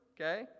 Okay